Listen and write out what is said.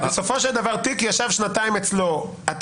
בסופו של דבר, תיק ישב אצלו שנתיים.